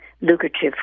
lucrative